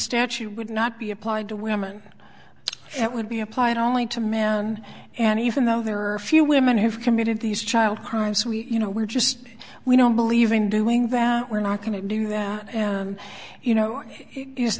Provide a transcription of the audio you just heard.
statute would not be applied to women that would be applied only to men and even though there are a few women who have committed these child crimes we you know we're just we don't believe in doing that we're not going to do that and you know i